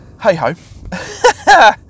Hey-ho